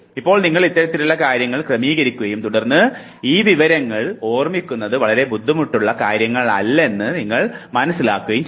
ഇപ്പോൾ നിങ്ങൾ അത്തരത്തിലുള്ള കാര്യങ്ങൾ ക്രമീകരിക്കുകയും തുടർന്ന് ഈ വിവരങ്ങൾ ഓർമ്മിക്കുന്നത് വളരെ ബുദ്ധിമുട്ടുള്ള കാര്യമല്ലെന്ന് മനസ്സിലാക്കുകയും ചെയ്യുന്നു